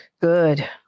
Good